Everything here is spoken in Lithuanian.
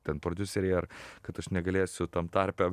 ten prodiuserei ar kad aš negalėsiu tam tarpe